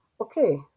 okay